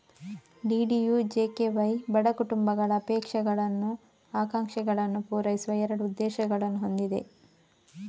DDUJKY ಬಡ ಕುಟುಂಬಗಳ ಅಪೇಕ್ಷಗಳನ್ನು, ಆಕಾಂಕ್ಷೆಗಳನ್ನು ಪೂರೈಸುವ ಎರಡು ಉದ್ದೇಶಗಳನ್ನು ಹೊಂದಿದೆ